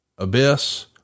Abyss